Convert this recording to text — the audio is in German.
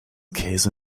käse